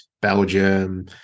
Belgium